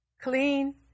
clean